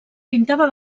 pintada